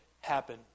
happen